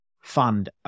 fund